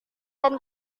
dan